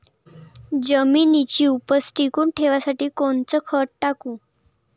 जमिनीची उपज टिकून ठेवासाठी कोनचं खत टाकू?